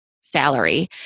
salary